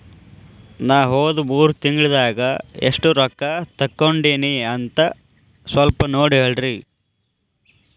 ನಾ ಹೋದ ಮೂರು ತಿಂಗಳದಾಗ ಎಷ್ಟು ರೊಕ್ಕಾ ತಕ್ಕೊಂಡೇನಿ ಅಂತ ಸಲ್ಪ ನೋಡ ಹೇಳ್ರಿ